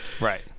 Right